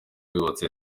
yubatse